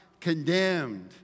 condemned